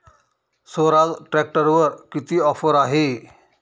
स्वराज ट्रॅक्टरवर किती ऑफर आहे?